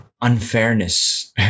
unfairness